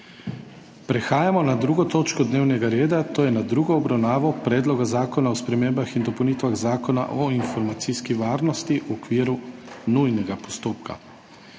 prekinjeno 2. točko dnevnega reda, to je s tretjo obravnavo Predloga zakona o spremembah in dopolnitvah Zakona o informacijski varnosti v okviru nujnega postopka.**